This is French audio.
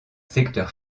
secteur